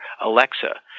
Alexa